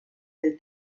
del